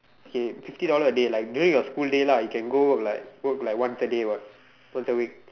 okay fifty dollar a day like during your school day lah you can go work like work like one day what once a week